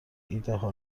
ایدهها